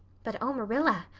but oh, marilla,